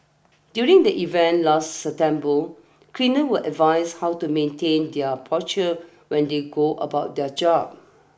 during the event last September cleaners were advised how to maintain their posture when they go about their job